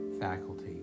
faculty